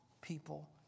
people